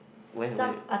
where where